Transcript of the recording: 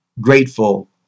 grateful